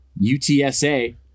UTSA